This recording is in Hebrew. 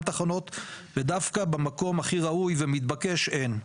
תחנות ודווקא במקום הכי ראוי ומתבקש אין,